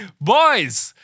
Boys